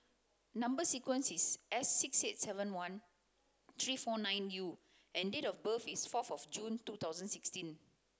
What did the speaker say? number sequence is S six eight seven one three four nine U and date of birth is forth of June two thousand sixteen